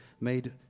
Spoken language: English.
made